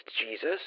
Jesus